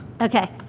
Okay